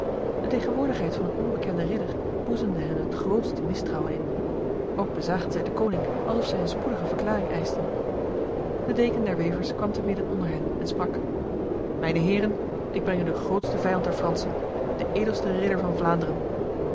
de tegenwoordigheid van een onbekende ridder boezemde hun het grootste mistrouwen in ook bezagen zij deconinck alsof zij een spoedige verklaring eisten de deken der wevers kwam te midden onder hen en sprak mijne heren ik breng u de grootste vijand der fransen de edelste ridder van